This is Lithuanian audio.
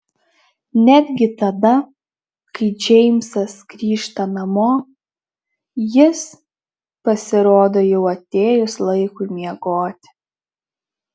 netgi tada kai džeimsas grįžta namo jis pasirodo jau atėjus laikui miegoti